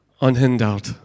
unhindered